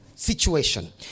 Situation